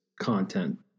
content